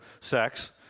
sex